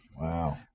Wow